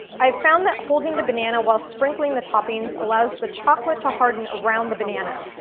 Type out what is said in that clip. i've found that holding the banana while sprinkling the toppings allows the chocolate to harden around the banana.